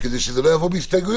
כדי שזה לא יבוא בהסתייגויות,